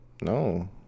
No